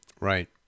Right